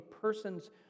person's